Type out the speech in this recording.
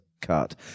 cut